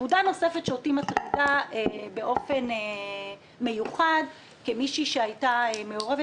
נקודה נוספת שמטרידה אותי באופן מיוחד כמי שהייתה מעורבת